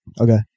Okay